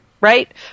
right